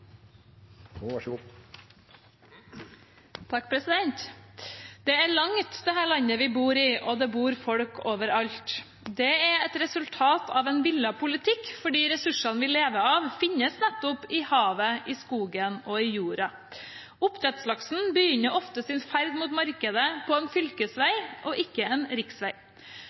Det er langt, dette landet vi bor i. Og det bor folk overalt. Det er et resultat av en villet politikk fordi ressursene vi lever av, finnes i havet, i skogen og i jorda. Oppdrettslaksen begynner ofte sin ferd mot markedet på en fylkesvei, ikke en riksvei. Etterslepet på fylkesveiene er nå dobbelt så stort som på riksveiene, og